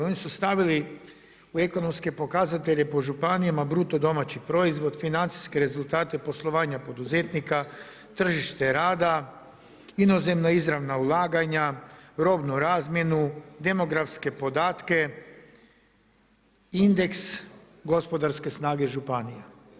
Oni su stavili u ekonomske pokazatelje po županijama BDP, financijske rezultate poslovanja poduzetnika, tržište rada, inozemna izravna ulaganja, robnu razmjenu, demografske podatke, indeks gospodarske snage županija.